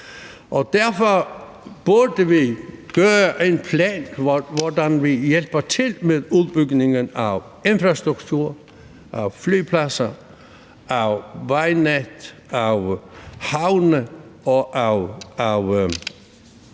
Derfor burde vi lave en plan for, hvordan vi hjælper til med udbygningen af infrastruktur, af flyvepladser, af vejnet, af havne og af